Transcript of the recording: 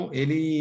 ele